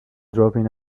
dropping